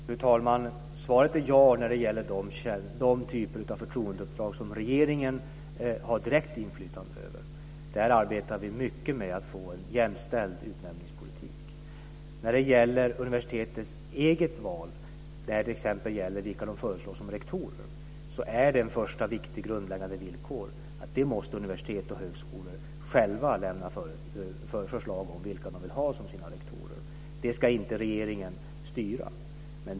Fru talman! Svaret är ja när det gäller de förtroendeuppdrag som regeringen har direkt inflytande över. Där arbetar vi mycket med att få en jämställdhet i utnämningspolitiken. Vad gäller universitetens eget val av t.ex. rektorer är ett första viktig grundläggande villkor att universiteten och högskolor själva måste lämna förslag om vilka de vill som sina rektorer. Det ska inte regeringen styra.